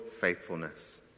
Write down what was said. faithfulness